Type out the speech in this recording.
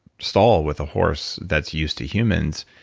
stall with a horse that's used to humans,